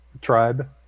tribe